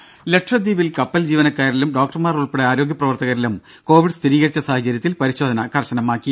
ദേദ ലക്ഷദ്വീപിൽ കപ്പൽ ജീവനക്കാരിലും ഡോക്ടർമാർ ഉൾപ്പെടെ ആരോഗ്യ പ്രവർത്തകരിലും കോവിഡ് സ്ഥിരീകരിച്ച സാഹചര്യത്തിൽ പരിശോധന കർശനമാക്കി